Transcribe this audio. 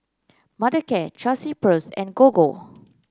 Mothercare Chelsea Peers and Gogo